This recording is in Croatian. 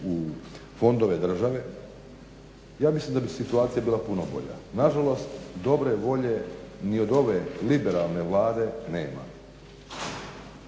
u fondove države ja mislim da bi situacija bila puno bolja. Na žalost dobre volje ni od ove liberalne Vlade nema.